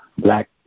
Black